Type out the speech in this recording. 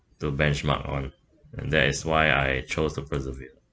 to benchmark on and that is why I chose to preservere